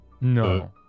no